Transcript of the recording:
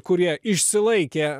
kurie išsilaikė